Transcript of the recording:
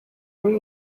muri